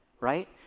Right